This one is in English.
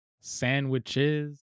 sandwiches